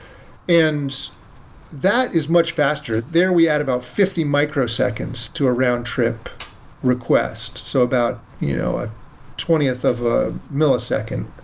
and that is much faster. there we add about fifty microseconds to a round trip request. so about you know a twentieth of a millisecond.